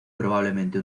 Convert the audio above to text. probablemente